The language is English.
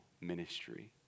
ministry